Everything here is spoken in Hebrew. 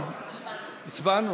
הצבענו.